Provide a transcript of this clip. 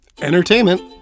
entertainment